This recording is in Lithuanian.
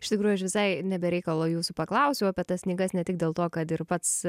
iš tikrųjų aš visai ne be reikalo jūsų paklausiau apie tas knygas ne tik dėl to kad ir pats